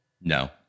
No